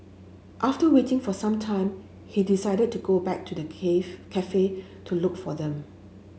after waiting for some time he decided to go back to the cave cafe to look for them